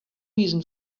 reason